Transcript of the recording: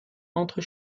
entre